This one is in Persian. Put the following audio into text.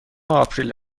آپریل